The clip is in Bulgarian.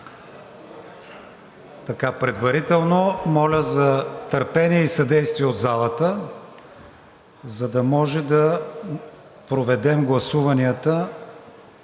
Предварително моля за търпение и съдействие от залата, за да може да проведем гласуванията